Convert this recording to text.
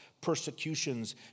persecutions